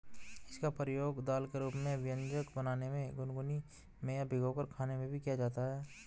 इसका प्रयोग दाल के रूप में व्यंजन बनाने में, घुघनी बनाने में या भिगोकर खाने में भी किया जाता है